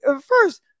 first